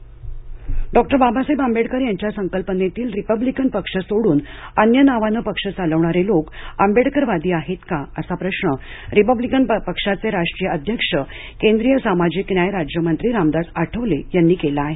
Athawale doctor Babasaheb Ambedkar यांच्या संकल्पनेतील republican पक्ष सोडून अन्य नावानं पक्ष चालवणारे लोक आंबेडकरवादी आहेत का असा प्रश्न रिपब्लिकन पक्षाचे राष्ट्रीय अध्यक्ष केंद्रीय सामाजिक न्याय राज्यमंत्री रामदास आठवले यांनी केला आहे